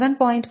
5m ఇచ్చారు